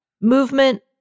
movement